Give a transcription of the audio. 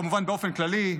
כמובן באופן כללי,